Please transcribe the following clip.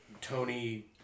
Tony